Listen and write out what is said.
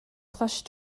plush